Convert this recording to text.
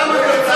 למה הוא נרצח?